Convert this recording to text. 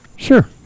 Sure